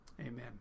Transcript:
Amen